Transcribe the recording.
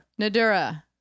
Nadura